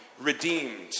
redeemed